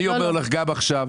אני אומר לך גם עכשיו,